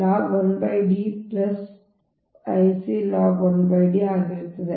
ಆದ್ದರಿಂದ ಇದು log 1 D I c log 1D ಆಗಿರುತ್ತದೆ